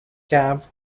camp